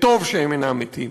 וטוב שהם אינם מתים.